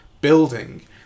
building